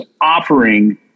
offering